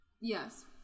yes